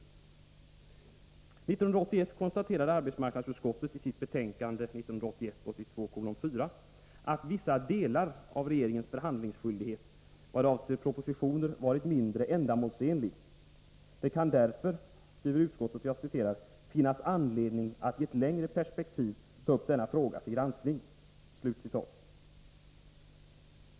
1981 konstaterade arbetsmarknadsutskottet i sitt betänkande 1981/82:4 att vissa delar av regeringens förhandlingsskyldighet vad avser propositioner varit mindre ändamålsenliga. Det kunde därför, enligt utskottet, ”finnas anledning att i ett längre perspektiv ta upp denna fråga till granskning”.